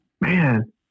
man